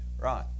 Right